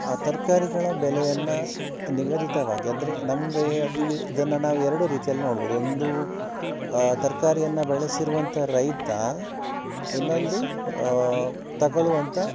ಆ ತರಕಾರಿಗಳ ಬೆಲೆಯನ್ನು ನಿಗದಿತವಾಗಿ ಅಂದರೆ ನಮಗೆ ಅದು ಇದನ್ನು ನಾವು ಎರಡು ರೀತಿಯಲ್ಲಿ ನೋಡ್ಬಹುದು ಒಂದು ತರಕಾರಿಯನ್ನ ಬೆಳೆಸಿರುವಂಥ ರೈತ ಇನ್ನೊಂದು ತಗೊಳ್ಳುವಂಥ